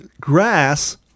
grass